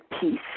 peace